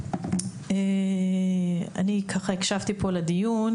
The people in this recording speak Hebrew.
אני הקשבתי לדיון,